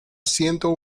siendo